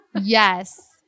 Yes